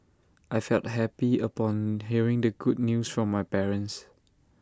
I felt happy upon hearing the good news from my parents